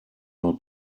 more